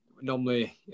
normally